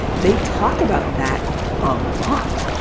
they talk about that a lot.